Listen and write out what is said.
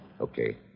Okay